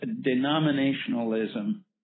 Denominationalism